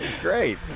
Great